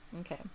Okay